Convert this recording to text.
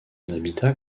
habitat